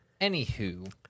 Anywho